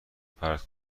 پرت